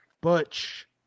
Butch